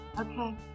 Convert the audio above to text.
Okay